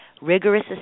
rigorous